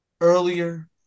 earlier